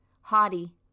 haughty